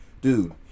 dude